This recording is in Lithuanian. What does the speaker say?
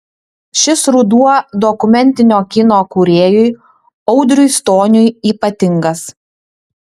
šis ruduo dokumentinio kino kūrėjui audriui stoniui ypatingas